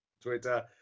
Twitter